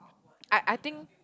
I I think